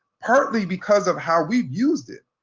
partly because of how we used it,